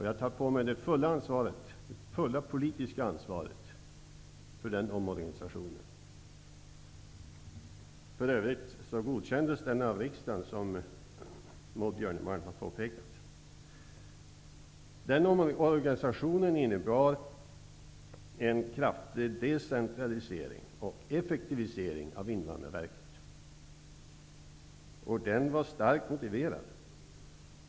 Jag tar på mig hela det politiska ansvaret för den omorganisationen. Björnemalm har påpekat. Denna omorganisation innebar en kraftig decentralisering och effektivisering av Invandrarverket. Den var starkt motiverad.